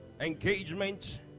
engagement